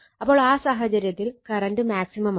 അപ്പോൾ ആ സാഹചര്യത്തിൽ കറണ്ട് മാക്സിമം ആണ്